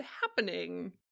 happening